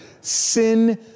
Sin